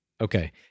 Okay